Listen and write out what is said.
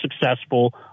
successful